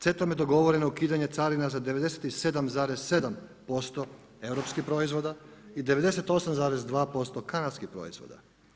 CETA-om je dogovoreno ukidanje carina za 97,7% europskih proizvoda i 98,2% kanadskih proizvoda.